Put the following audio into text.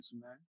man